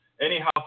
Anyhow